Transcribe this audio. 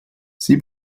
sie